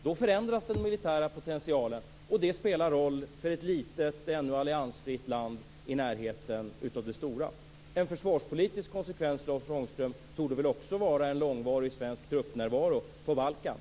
Då förändras den militära potentialen, och det spelar roll för ett litet ännu alliansfritt land i närheten av det stora. En försvarspolitisk konsekvens, Lars Ångström, torde väl också vara en långvarig svensk truppnärvaro på Balkan.